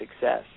success